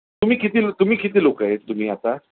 तुम्ही किती तुम्ही किती लोक आहेत तुम्ही आता